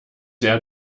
der